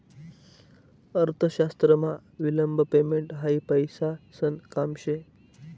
अर्थशास्त्रमा विलंब पेमेंट हायी पैसासन काम शे